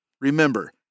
Remember